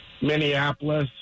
Minneapolis